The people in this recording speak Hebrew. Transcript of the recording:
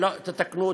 תקנו אותי.